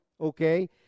okay